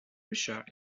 richard